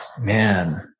man